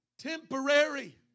temporary